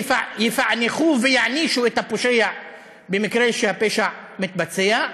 יפענחו ויענישו את הפושע במקרה שהפשע מתבצע.